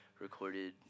recorded